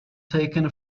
taken